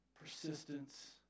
persistence